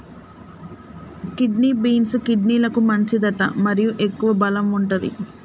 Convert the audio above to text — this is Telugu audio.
కిడ్నీ బీన్స్, కిడ్నీలకు మంచిదట మరియు ఎక్కువ బలం వుంటది